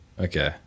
okay